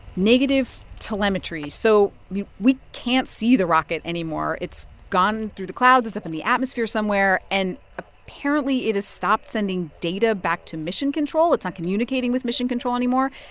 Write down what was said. negative telemetry. so we can't see the rocket anymore. it's gone through the clouds. it's up in the atmosphere somewhere. and, apparently, it has stopped sending data back to mission control. it's not communicating with mission control anymore.